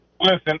Listen